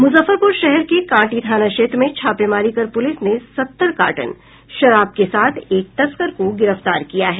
मूजफ्फरपूर शहर के कांटी थाना क्षेत्र में छापेमारी कर पूलिस ने सत्तर कार्टन शराब के साथ एक तस्कर को गिरफ्तार किया है